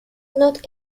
not